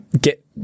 get